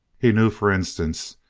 he knew, for instance,